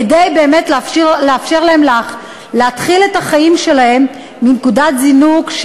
כדי לאפשר להם להתחיל את החיים שלהם מנקודת זינוק,